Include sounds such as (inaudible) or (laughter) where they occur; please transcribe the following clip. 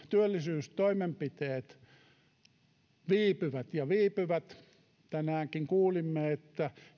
(unintelligible) työllisyystoimenpiteet viipyvät ja viipyvät tänäänkin kuulimme että